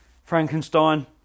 Frankenstein